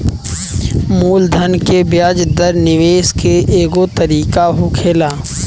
मूलधन के ब्याज दर निवेश के एगो तरीका होखेला